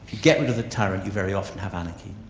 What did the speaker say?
get rid of the tyrant you very often have anarchy,